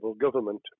government